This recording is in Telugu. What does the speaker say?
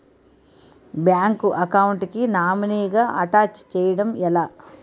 బ్యాంక్ అకౌంట్ కి నామినీ గా అటాచ్ చేయడం ఎలా?